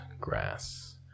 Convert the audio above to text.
grass